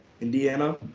Indiana